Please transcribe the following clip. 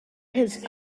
his